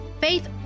faith